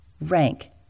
rank